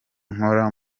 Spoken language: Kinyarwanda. nkora